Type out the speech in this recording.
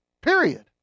period